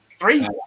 Three